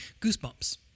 goosebumps